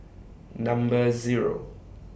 Number Zero